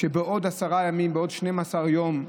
בעוד 10 ימים, בעוד 12 יום,